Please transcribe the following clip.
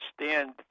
stand